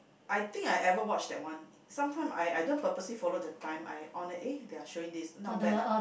I think I ever watch that one sometime I don't purposely follow the time I on it eh they are showing this not bad lah